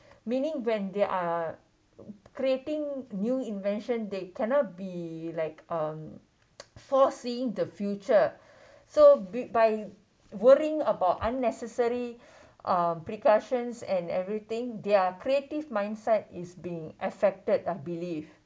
meaning when they are creating new invention they cannot be like um foreseeing the future so b~ by worrying about unnecessary uh precautions and everything their creative mindset is being affected I believe